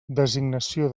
designació